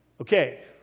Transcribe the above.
Okay